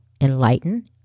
enlighten